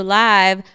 live